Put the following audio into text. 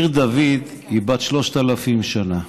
עיר דוד היא בת 3,000 שנה,